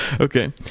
Okay